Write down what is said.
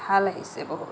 ভাল আহিছে বহুত